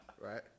Right